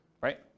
right